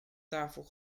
tafel